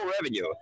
revenue